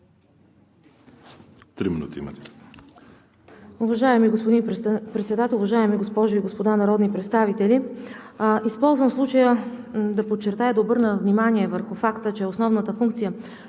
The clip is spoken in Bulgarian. три минути имате.